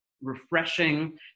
refreshing